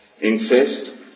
incest